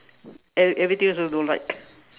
e~ everything also don't like